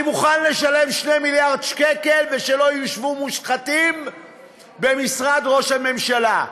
אני מוכן לשלם 2 מיליארד שקל ושלא ישבו מושחתים במשרד ראש הממשלה.